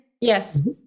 Yes